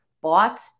bought